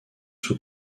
sous